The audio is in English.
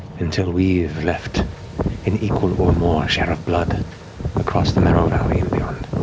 until we've left an equal or more share of blood across the marrow valley and beyond.